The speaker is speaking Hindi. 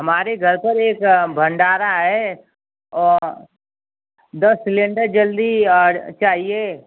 हमारे घर पर एक भंडारा है दस सिलेंडर जल्दी और चाहिए